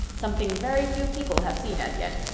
something very few people have seen as yet.